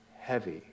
heavy